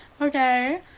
Okay